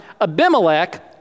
Abimelech